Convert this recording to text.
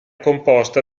composta